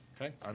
Okay